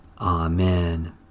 Amen